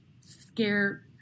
scare